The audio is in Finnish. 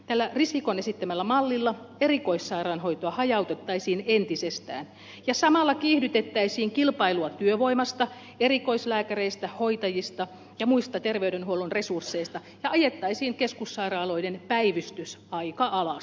tällä risikon esittämällä mallilla erikoissairaanhoitoa hajautettaisiin entisestään ja samalla kiihdytettäisiin kilpailua työvoimasta erikoislääkäreistä hoitajista ja muista terveydenhuollon resursseista ja ajettaisiin keskussairaaloiden päivystys aika alas